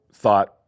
thought